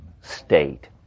state